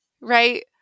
right